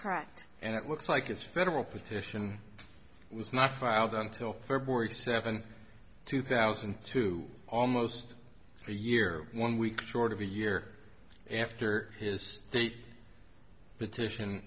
correct and it looks like it's federal petition was not filed until february seventh two thousand and two almost a year one week short of a year after his state petition